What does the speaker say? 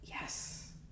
Yes